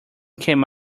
came